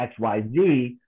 XYZ